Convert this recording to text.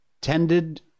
tended